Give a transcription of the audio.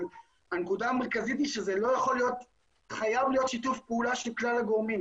הנקודה המרכזית היא שחייב להיות שיתוף פעולה של כלל הגורמים,